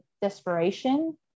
desperation